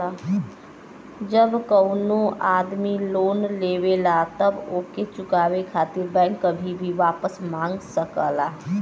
जब कउनो आदमी लोन लेवला तब ओके चुकाये खातिर बैंक कभी भी वापस मांग सकला